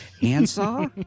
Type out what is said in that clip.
handsaw